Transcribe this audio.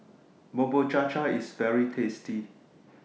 Bubur Cha Cha IS very tasty